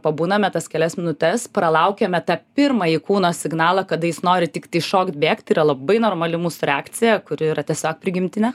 pabūname tas kelias minutes pralaukiame tą pirmąjį kūno signalą kada jis nori tiktai šokt bėgt yra labai normali mūsų reakcija kuri yra tiesiog prigimtinė